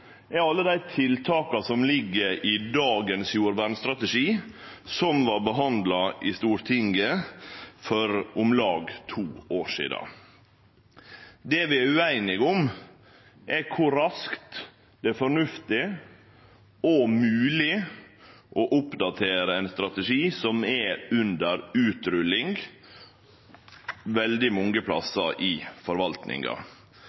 er alle dei tiltaka som ligg i dagens jordvernstrategi, som vart behandla i Stortinget for om lag to år sidan. Det vi er ueinige om, er kor raskt det er fornuftig og mogleg å oppdatere ein strategi som er under utrulling veldig mange